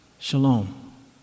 Shalom